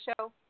show